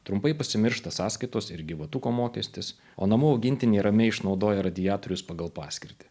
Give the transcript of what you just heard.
trumpai pasimiršta sąskaitos ir gyvatuko mokestis o namų augintiniai ramiai išnaudoja radiatorius pagal paskirtį